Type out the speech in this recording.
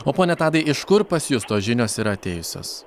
o pone tadai iš kur pas jus tos žinios yra atėjusios